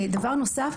דבר נוסף,